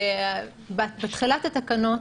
בהתחלת התקנות,